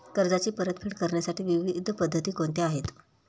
कर्जाची परतफेड करण्याच्या विविध पद्धती कोणत्या आहेत?